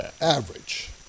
average